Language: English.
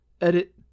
Edit